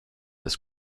this